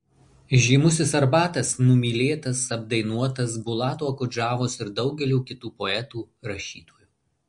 žymusis arbatas numylėtas apdainuotas bulato okudžavos ir daugelio kitų poetų rašytojų